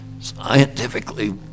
Scientifically